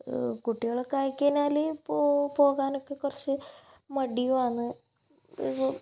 കുട്ടികളൊക്കെ ആയിക്കഴിഞ്ഞാൽ പോ പോകാനൊക്കെ കുറച്ച് മടിയുവാന്ന് ഒരു